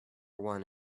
one